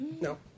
No